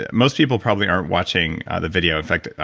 ah most people probably aren't watching the video. in fact,